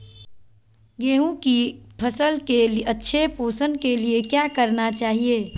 गेंहू की फसल के अच्छे पोषण के लिए क्या करना चाहिए?